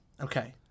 Okay